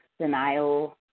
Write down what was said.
denial